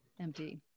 empty